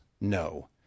No